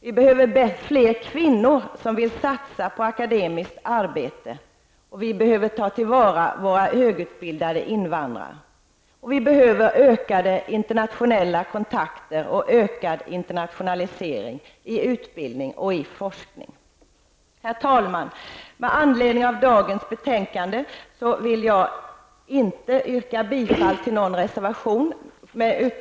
Vi behöver fler kvinnor som vill satsa på akademiskt arbete. Vi behöver ta till vara våra högutbildade invandrare. Vi behöver ökade internationella kontakter och ökad internationalisering i utbildning och forskning. Herr talman! Med anledning av dagens betänkande vill jag inte yrka bifall till någon reservation.